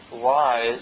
wise